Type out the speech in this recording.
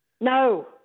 No